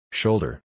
shoulder